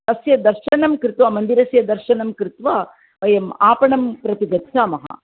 अस्य दर्शनं कृत्वा मन्दिरस्य दर्शनं कृत्वा वयम् आपणं प्रति गच्छामः